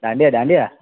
dandiya dandiya